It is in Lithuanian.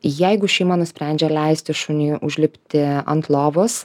jeigu šeima nusprendžia leisti šuniui užlipti ant lovos